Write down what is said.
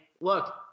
look